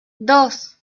dos